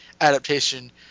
adaptation